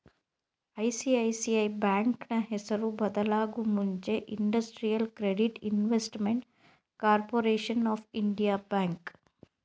ICICI ಬ್ಯಾಂಕ್ನ ಹೆಸರು ಬದಲಾಗೂ ಮುಂಚೆ industrial credit investment corporation of India bank